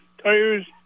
Tires